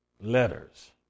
letters